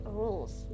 rules